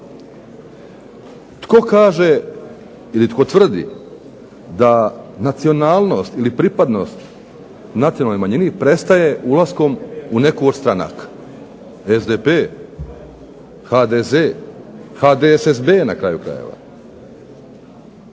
Tko kaže ili tko tvrdi da nacionalnost ili pripadnost nacionalnoj manjini prestaje ulaskom u neku od stranaka, SDP, HDZ, HDSSB na kraju krajeva.